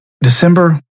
December